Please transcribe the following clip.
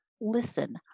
listen